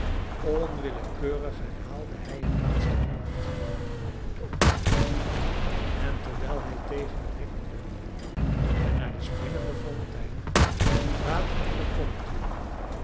onwillekeurig herhaalde hij het laatste woord dood en terwijl hij tegen het hek leunde en naar de springende fontein en het water in de